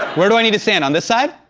where do i need to stand, on this side?